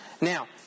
now